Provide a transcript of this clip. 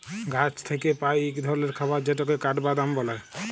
গাহাচ থ্যাইকে পাই ইক ধরলের খাবার যেটকে কাঠবাদাম ব্যলে